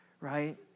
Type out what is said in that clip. right